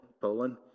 Poland